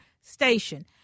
station